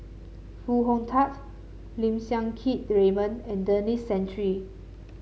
Foo Hong Tatt Lim Siang Keat Raymond and Denis Santry